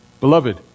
Beloved